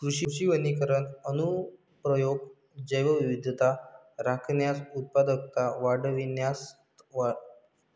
कृषी वनीकरण अनुप्रयोग जैवविविधता राखण्यास, उत्पादकता वाढविण्यात मदत करू शकतात